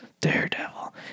Daredevil